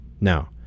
Now